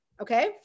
okay